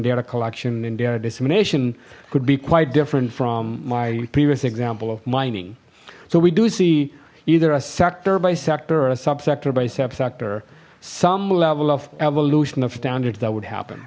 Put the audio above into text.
they're a collection in their dissemination could be quite different from my previous example of mining so we do see either a sector by sector or a sub sector by sector some level of evolution of standards that would happen